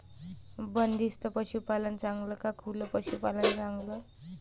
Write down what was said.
बंदिस्त पशूपालन चांगलं का खुलं पशूपालन चांगलं?